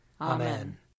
Amen